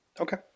Okay